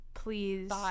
Please